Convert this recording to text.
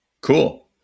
cool